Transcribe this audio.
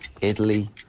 Italy